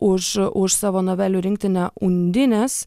už už savo novelių rinktinę undinės